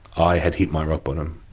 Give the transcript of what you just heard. i had hit my rock bottom.